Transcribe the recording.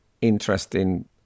interesting